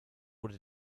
wurde